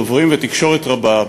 דוברים ותקשורת רבה,